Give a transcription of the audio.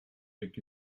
liegt